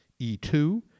E2